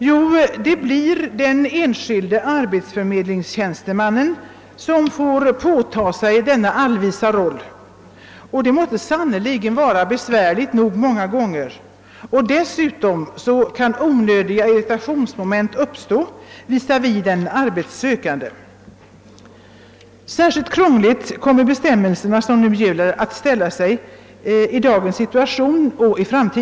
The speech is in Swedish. Jo, det blir den enskilde arbetsförmedlingstjänstemannen som får påta sig den allvises roll, och det måtte sannerligen vara besvärligt nog många gånger. Dessutom måste därvid onödiga irritationsmoment kunna uppstå visavi den arbetssökande. I dagens situation kan gällande bestämmelser vara krångliga och tungrodda.